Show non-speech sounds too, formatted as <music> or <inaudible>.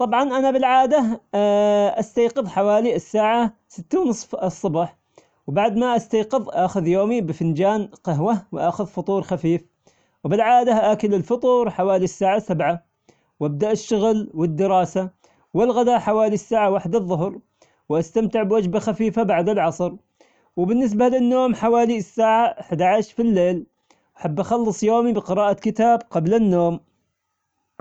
طبعا أنا بالعادة <hesitation> استيقظ حوالي الساعة ستة ونص الصبح، وبعد ما استيقظ أخذ يومي بفنجان قهوة وأخذ فطور خفيف، وبالعادة أكل الفطور حوالي الساعة سبعة، وابدأ الشغل والدراسة والغداء حوالي الساعة وحدة الظهر، واستمتع بوجبة خفيفة بعد العصر، وبالنسبة للنوم حوالي الساعة أحد عشر في الليل، أحب أخلص يومي بقراءة كتاب قبل النوم.